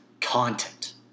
content